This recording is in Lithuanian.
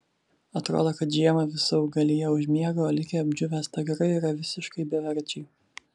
atrodo kad žiemą visa augalija užmiega o likę apdžiūvę stagarai yra visiškai beverčiai